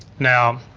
now,